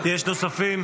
יש נוספים?